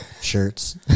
Shirts